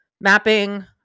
mapping